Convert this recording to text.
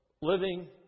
living